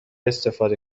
استفاده